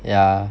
yeah